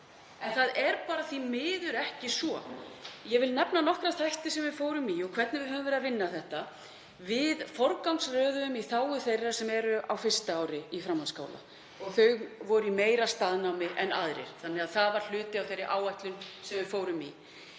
En það er bara því miður ekki svo. Ég vil nefna nokkra þætti sem við fórum í og hvernig við höfum verið að vinna þetta. Við forgangsröðuðum í þágu þeirra sem eru á fyrsta ári í framhaldsskóla. Þau voru í meira staðnámi en aðrir. Það var hluti af þeirri áætlun sem við fórum í.